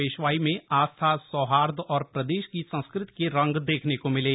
पेशवाई में आस्था सौहार्द और प्रदेश की संस्कृति के रंग देखने को मिले